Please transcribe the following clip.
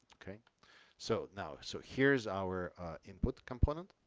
okay so now so here's our input component